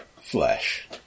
flesh